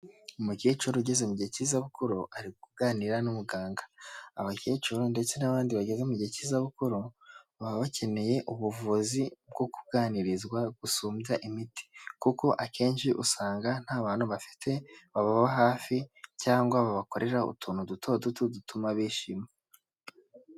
Umukecuru ugeze mu gihe cy'izabukuru ari kuganira n'umuganga, abakecuru ndetse n'abandi bageze mu gihe cy'izabukuru baba bakeneye ubuvuzi bwo kuganirizwa gusumbya imiti, kuko akenshi usanga nta bantu bafite bababa hafi cyangwa babakorera utuntu dutoduto dutuma bishima.